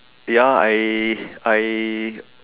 ya I I